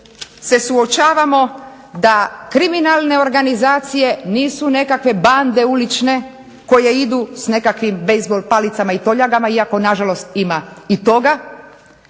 se suočavamo da kriminalne organizacije nisu nekakve bande ulične koje idu s nekakvim bejzbol palicama i toljagama, iako nažalost ima i toga,